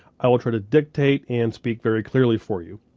i will try to dictate and speak very clearly for you.